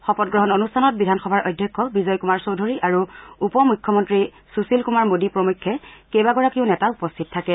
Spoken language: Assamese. শপত গ্ৰহণ অনুষ্ঠানত বিধানসভাৰ অধ্যক্ষ বিজয় কুমাৰ চৌধৰী আৰু উপ মুখ্যমন্ত্ৰী সুশীল কুমাৰ মোদী প্ৰমুখ্যে কেইবাগৰাকীও নেতা উপস্থিত থাকে